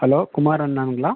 hello Kumar அண்ணாங்களா